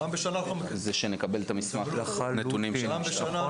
שנקבל את מסמך הנתונים של המשטרה.